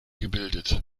gebildet